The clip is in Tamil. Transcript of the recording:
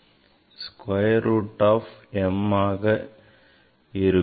square root of m ஆக இருக்கும்